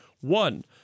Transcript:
One